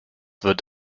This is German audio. wird